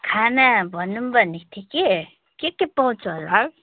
खाना भनौँ भनेको थिएँ कि के के पाउँछ होला है